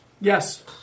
Yes